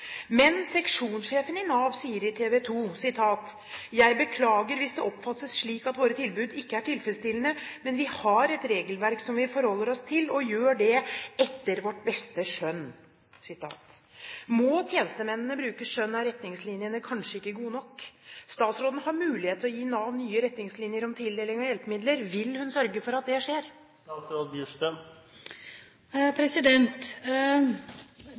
Men seksjonssjefen i Nav sa til TV 2: «Jeg beklager hvis brukere oppfatter at våre tilbud ikke er tilfredsstillende, men vi har et regelverk som vi forholder oss til, og gjør det etter vårt beste skjønn.» Må tjenestemennene bruke skjønn? Er retningslinjene kanskje ikke gode nok? Statsråden har mulighet til å gi Nav nye retningslinjer om tildeling av hjelpemidler. Vil hun sørge for at det skjer?